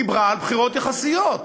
דיברה על בחירות יחסיות.